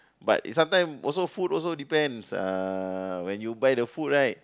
but it sometime also food also depends uh when you buy the food right